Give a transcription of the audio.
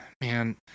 Man